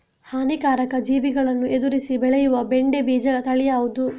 ಹಾನಿಕಾರಕ ಜೀವಿಗಳನ್ನು ಎದುರಿಸಿ ಬೆಳೆಯುವ ಬೆಂಡೆ ಬೀಜ ತಳಿ ಯಾವ್ದು?